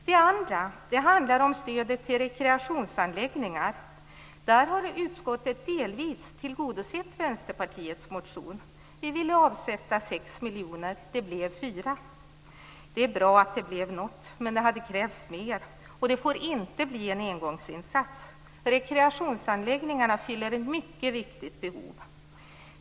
Det andra handlar om stödet till rekreationsanläggningar. Där har utskottet delvis tillgodosett kravet i Vänsterpartiets motion. Vi ville avsätta 6 miljoner - det blev 4. Det är bra att det blev något, men det hade krävts mer. Och det får inte bli en engångsinsats. Rekreationsanläggningarna fyller ett mycket viktigt behov.